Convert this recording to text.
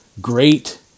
great